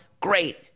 Great